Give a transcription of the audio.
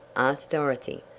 asked dorothy,